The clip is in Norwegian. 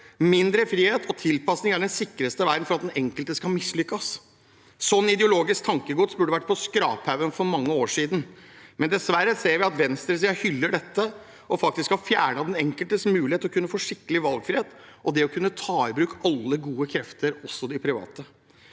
Mindre frihet og mindre tilpassing er den sikreste veien for at den enkelte skal mislykkes. Sånt ideologisk tankegods burde vært på skraphaugen for mange år siden, men dessverre ser vi at venstresiden hyller dette og faktisk har fjernet den enkeltes mulighet til å kunne få skikkelig valgfrihet og å kunne ta i bruk alle gode krefter, også de private.